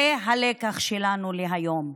זה הלקח שלנו להיום: